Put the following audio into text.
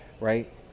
right